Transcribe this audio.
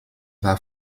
war